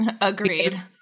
Agreed